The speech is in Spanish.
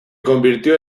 convirtió